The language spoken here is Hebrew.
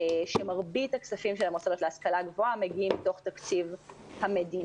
שמרבית הכספים של המוסדות להשכלה גבוהה מגיעים מתוך תקציב המדינה.